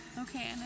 okay